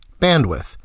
bandwidth